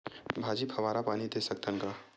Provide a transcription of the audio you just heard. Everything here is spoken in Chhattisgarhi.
भाजी फवारा पानी दे सकथन का?